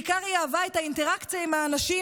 בעיקר היא אהבה את האינטראקציה עם האנשים,